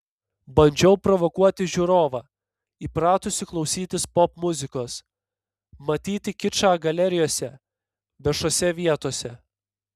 bandžiau provokuoti žiūrovą įpratusį klausytis popmuzikos matyti kičą galerijose viešose vietose